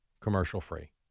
commercial-free